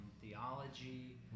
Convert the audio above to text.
theology